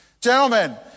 Gentlemen